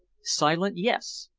silent, yes!